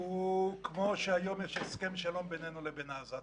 הוא כמו שהיום יש הסכם שלום בינינו לבין העזתים.